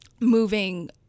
moving